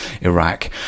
Iraq